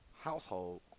household